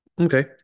Okay